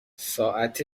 ساعت